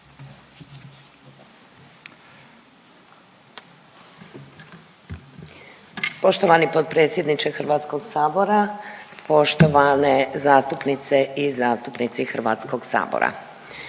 Poštovani potpredsjedniče Hrvatskog sabora, poštovane zastupnice i zastupnici Hrvatskog sabora.